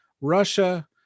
Russia